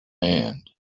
hand